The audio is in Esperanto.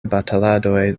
bataladoj